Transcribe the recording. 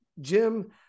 Jim